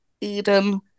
Eden